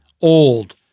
old